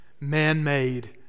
man-made